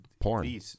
porn